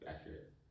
accurate